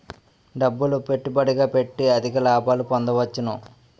డబ్బులు పెట్టుబడిగా పెట్టి అధిక లాభాలు పొందవచ్చును